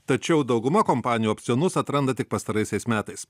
tačiau dauguma kompanijų opcionus atranda tik pastaraisiais metais